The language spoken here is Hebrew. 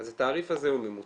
אז התעריף הזה הוא ממוצע.